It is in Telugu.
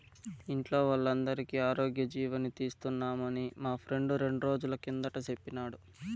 ఇంట్లో వోల్లందరికీ ఆరోగ్యజీవని తీస్తున్నామని మా ఫ్రెండు రెండ్రోజుల కిందట సెప్పినాడు